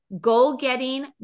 goal-getting